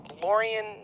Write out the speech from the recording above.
Lorian